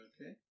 Okay